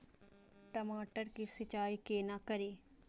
टमाटर की सीचाई केना करी?